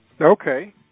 okay